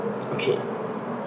okay